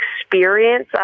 experience